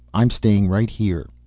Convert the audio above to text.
i'm staying right here.